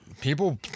People